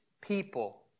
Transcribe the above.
People